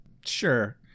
Sure